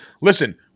listen